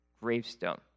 gravestone